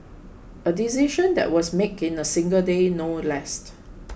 a decision that was made in a single day no less the